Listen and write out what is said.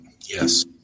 Yes